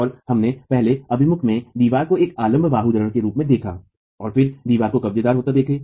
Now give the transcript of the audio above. और हमने पहले अभिमुख में दीवार को एक अवलम्ब बाहुधरण के रूप में देखा और फिर दीवार को कब्जेदार होते देखा